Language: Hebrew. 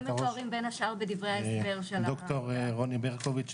אני ד"ר רוני ברקוביץ,